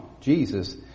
Jesus